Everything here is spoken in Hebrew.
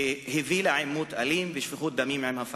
והביא לעימות אלים עם הפלסטינים ולשפיכות דמים.